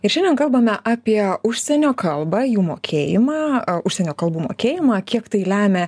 ir šiandien kalbame apie užsienio kalba jų mokėjimą užsienio kalbų mokėjimą kiek tai lemia